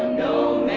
no